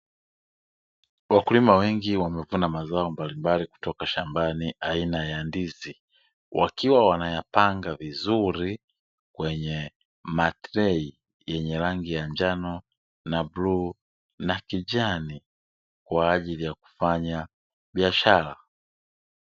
Wakulima wengi wamevuna mazao mbalimbali kutoka shambani aina ya ndizi, wakiwa wanayapanga vizuri kwenye matrei yenye rangi ya njano na bluu na kijani, kwa ajili ya kufanya biashara.